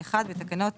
1. בתקנות